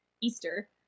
Easter